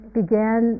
began